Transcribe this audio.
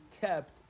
kept